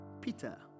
Peter